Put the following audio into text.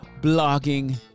blogging